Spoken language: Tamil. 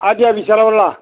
ஆர்டிஓ ஆஃபீஸ் செலவெல்லாம்